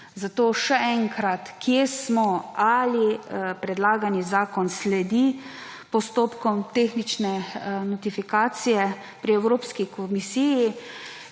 Zato še enkrat – kje smo? Ali predlagani zakon sledi postopkom tehnične notifikacije pri Evropski komisiji?